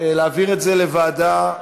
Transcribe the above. להעביר את זה לוועדה,